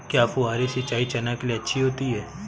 क्या फुहारी सिंचाई चना के लिए अच्छी होती है?